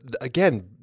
again